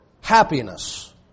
happiness